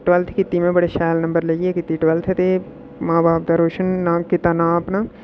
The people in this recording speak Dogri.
ट्वैलथ कीती में बड़ी शैल नम्बर लेइयै कीती ट्वैलथ ते माऊ बब्बै दा नांऽ रोशन कीता नांऽ अपना